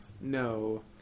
No